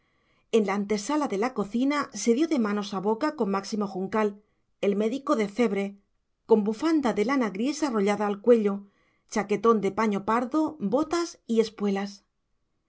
en la antesala de la cocina se dio de manos a boca con máximo juncal el médico de cebre con bufanda de lana gris arrollada al cuello chaquetón de paño pardo botas y espuelas